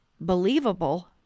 believable